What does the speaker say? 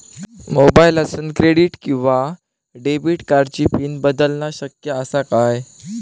मोबाईलातसून क्रेडिट किवा डेबिट कार्डची पिन बदलना शक्य आसा काय?